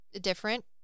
different